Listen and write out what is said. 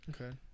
Okay